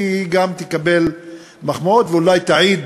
כי היא גם תקבל מחמאות, ואולי תעיד